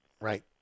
right